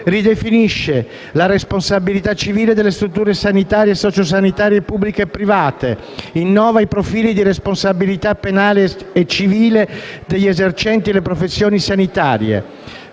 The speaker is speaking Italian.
ridefinisce la responsabilità civile delle strutture sanitarie e sociosanitarie pubbliche e private, innova i profili di responsabilità penale e civile degli esercenti le professioni sanitarie,